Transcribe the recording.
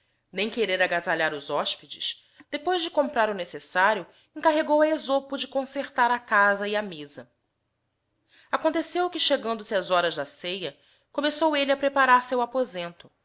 nem querer agazalhar i os hospedes depois de comprar o necessário encarregou a esopo de concertar a casa e a nieza aconteceo que chegando-se as horas da cea começou elle a preparar seu e com aposento